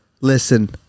Listen